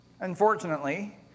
Unfortunately